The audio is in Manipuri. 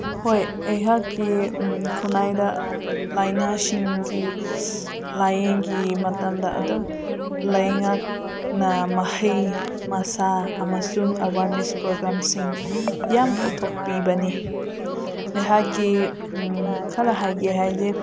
ꯍꯣꯏ ꯑꯩꯍꯥꯛꯀꯤ ꯈꯨꯟꯅꯥꯏꯗ ꯂꯥꯏꯅꯥꯁꯤꯡꯒꯤ ꯂꯥꯏꯌꯦꯡꯒꯤ ꯃꯇꯝꯗ ꯑꯗꯨꯝ ꯂꯩꯉꯥꯛꯅ ꯃꯍꯩ ꯃꯁꯥ ꯑꯃꯁꯨꯡ ꯑꯦꯋꯥꯔꯅꯦꯁ ꯄ꯭ꯔꯣꯒ꯭ꯔꯥꯝꯁꯤꯡ ꯌꯥꯝ ꯄꯨꯊꯣꯛꯄꯤꯕꯅꯤ ꯑꯩꯍꯥꯛꯀꯤ ꯈꯔ ꯍꯥꯏꯒꯦ ꯍꯥꯏꯔꯗꯤ